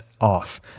off